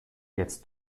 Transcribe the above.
jetzt